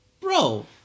bro